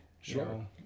sure